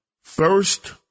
first